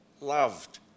loved